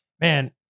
man